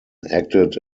acted